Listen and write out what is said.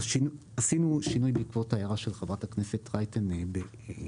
עשינו שינוי בעקבות ההערה של חברת הכנסת רייטן מרום.